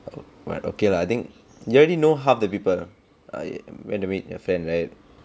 okay lah I think you already know half the people I went to meet your friend right